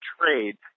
trade